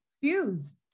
Fuse